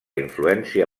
influència